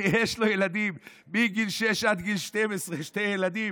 מי שיש לו ילדים מגיל שש עד גיל 12, שני ילדים,